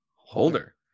Holder